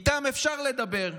איתם אפשר לדבר,